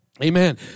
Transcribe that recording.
Amen